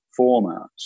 formats